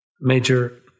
Major